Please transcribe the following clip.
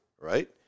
right